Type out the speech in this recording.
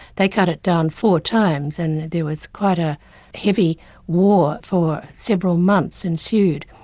they cut it down four times, and there was quite a heavy war for several months ensued.